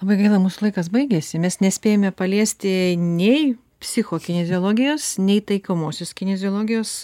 labai gaila mūsų laikas baigėsi mes nespėjome paliesti nei psichokinioziologijos nei taikomosios kineziologijos